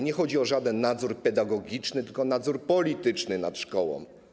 Nie chodzi o żaden nadzór pedagogiczny, tylko o nadzór polityczny nad szkołą.